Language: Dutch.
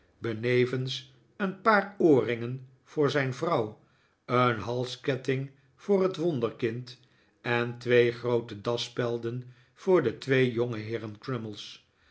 benevens een paar oorringen voor zijn vrouw een halsketting voor het wonderkind en twee groote dasspelden voor de twee jongeheeren